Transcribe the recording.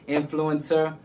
influencer